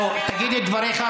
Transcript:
בוא תגיד את דבריך,